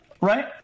right